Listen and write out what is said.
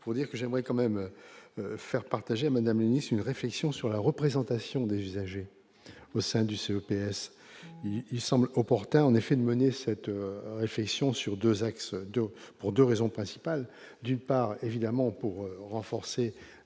pour dire que j'aimerais quand même faire partager Madame une réflexion sur la représentation des usagers au sein du CEP, il semble opportun en effet de mener cette réflexion sur 2 axes de pour 2 raisons principales : d'une part, évidemment, pour renforcer